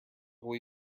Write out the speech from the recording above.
will